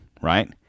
right